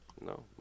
No